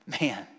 Man